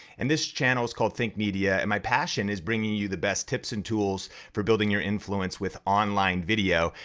and this channel is called think media, and my passion is bringing you the best tips and tools for building your influence with online video.